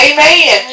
Amen